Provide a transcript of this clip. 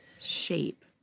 shape